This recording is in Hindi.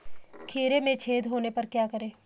खीरे में छेद होने पर क्या करें?